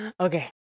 Okay